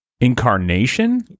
Incarnation